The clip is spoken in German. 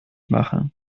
machen